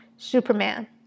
Superman